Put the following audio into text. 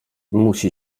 musi